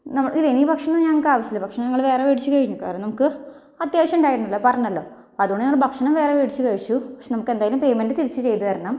നമ്മൾ ഇതേ ഈ ഭക്ഷണം ഞങ്ങൾക്ക് ആവശ്യമില്ല ഭക്ഷണം ഞങ്ങള് വേറെ മേടിച്ചു കഴിഞ്ഞു കാരണം നമുക്ക് അത്യാവശ്യമുണ്ടായിരുന്നല്ലോ പറഞ്ഞല്ലോ അതുകൊണ്ട് ഞങ്ങള് ഭക്ഷണം വേറെ മേടിച്ച് കഴിച്ചു പക്ഷേ നമുക്കെന്തായാലും പേയ്മെന്റ് തിരിച്ച് ചെയ്ത് തരണം